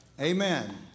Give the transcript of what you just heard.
Amen